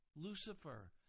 Lucifer